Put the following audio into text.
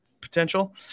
potential